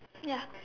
ya